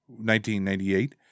1998